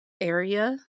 area